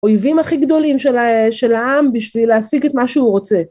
אויבים הכי גדולים של העם בשביל להשיג את מה שהוא רוצה.